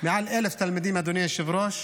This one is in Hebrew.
למעלה מ-1,000 תלמידים, אדוני היושב-ראש,